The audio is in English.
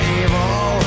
evil